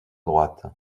droite